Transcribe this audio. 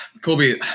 Colby